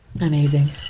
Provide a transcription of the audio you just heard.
Amazing